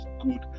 good